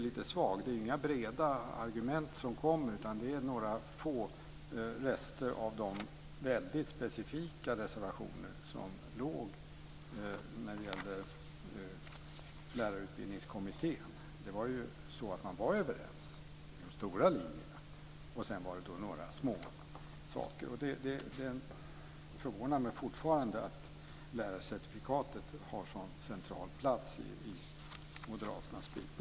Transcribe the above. Sedan var det några små saker som man inte var överens om. Det förvånar mig fortfarande att lärarcertifikatet har en sådan central plats hos Moderaterna.